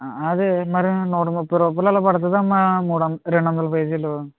అదే మరి నూట ముప్పై రూపాయలు అలా పడుతుంమ్మా మూడొం రెండొందల పేజీలు